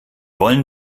wollen